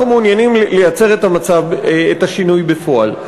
אנחנו מעוניינים לייצר את השינוי בפועל.